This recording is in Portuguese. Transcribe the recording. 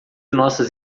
nossas